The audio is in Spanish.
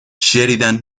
sheridan